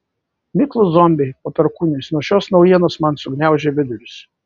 miklūs zombiai po perkūnais nuo šios naujienos man sugniaužė vidurius